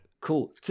Cool